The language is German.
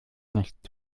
nicht